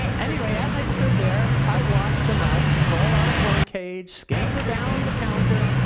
anyway, as i stood there, i watched a mouse crawl out of one cage, scamper down the counter,